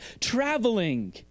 traveling